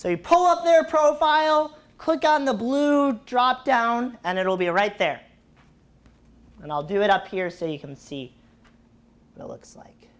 you pull up their profile click on the blue drop down and it will be right there and i'll do it up here so you can see it looks like